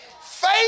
Faith